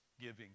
giving